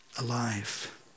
alive